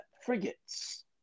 frigates